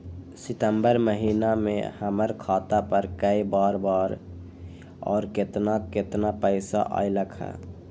सितम्बर महीना में हमर खाता पर कय बार बार और केतना केतना पैसा अयलक ह?